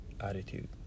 attitude